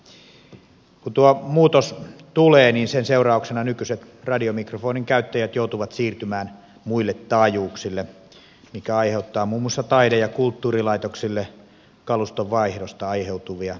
kun tuo muutos tulee sen seurauksena nykyiset radiomikrofonin käyttäjät joutuvat siirtymään muille taajuuksille mikä aiheuttaa muun muassa taide ja kulttuurilaitoksille kalustonvaihdosta aiheutuvia kustannuksia